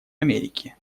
америке